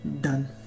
done